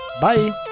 Bye